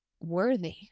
worthy